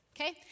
Okay